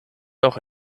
auch